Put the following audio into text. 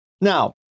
Now